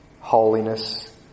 holiness